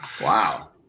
Wow